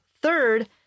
third